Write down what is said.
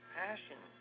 passion